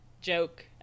joke